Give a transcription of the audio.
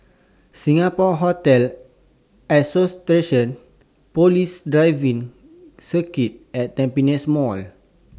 Singapore Hotel Association Police Driving Circuit and Tampines Mall